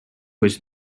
was